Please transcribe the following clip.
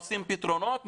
עושים פתרונות,